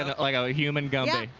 like a human gumby?